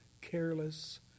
careless